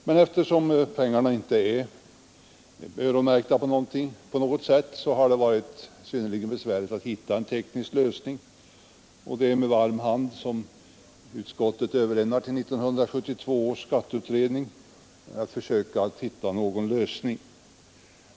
Men då pengarna inte är öronmärkta har det varit synnerligen besvärligt att hitta en teknisk lösning. Det är med varm hand som utskottet överlämnar till 1972 års beskattningsutredning att försöka finna en lösning.